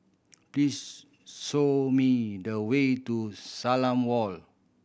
please show me the way to Salam Walk